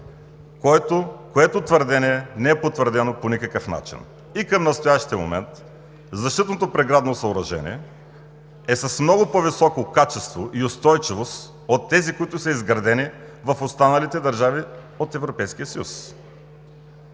което твърдение не е потвърдено по никакъв начин! И към настоящия момент защитното преградно съоръжение е с много по-високо качество и устойчивост от тези, които са изградени в останалите държави от Европейския съюз.